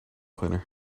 cleaner